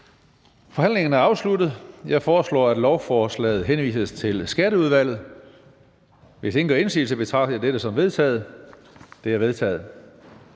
Forhandlingerne er afsluttet. Jeg foreslår, at lovforslaget henvises til Skatteudvalget. Hvis ingen gør indsigelse, betragter jeg dette som vedtaget. Det er vedtaget.